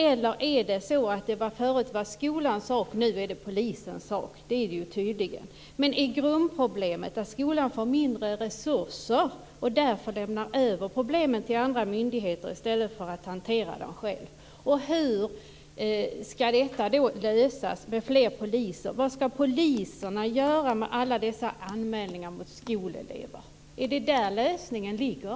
Eller är det så att det förut var skolans sak och att det nu är polisens sak? Så är det tydligen. Men är grundproblemet att skolan får mindre resurser och därför lämnar över problemen till andra myndigheter i stället för att själv hantera dem? Hur ska detta lösas med fler poliser? Vad ska poliserna göra med alla dessa anmälningar mot skolelever? Är det där lösningen ligger?